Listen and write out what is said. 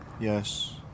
Yes